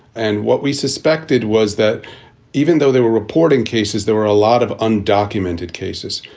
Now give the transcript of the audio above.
and what we suspected was that even though they were reporting cases, there were a lot of undocumented cases,